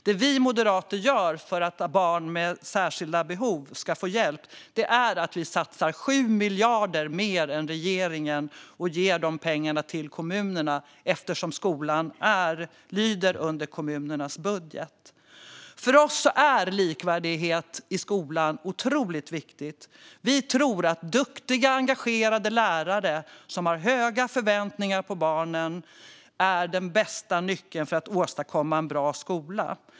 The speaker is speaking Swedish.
Det vi moderater gör för att barn med särskilda behov ska få hjälp är att vi satsar 7 miljarder mer än regeringen och ger de pengarna till kommunerna eftersom skolan lyder under kommunernas budget. För oss är likvärdighet i skolan otroligt viktigt. Vi tror att duktiga och engagerade lärare som har höga förväntningar på barnen är den bästa nyckeln för att åstadkomma en bra skola.